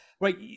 right